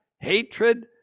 hatred